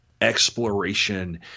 exploration